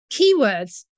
keywords